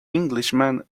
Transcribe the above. englishman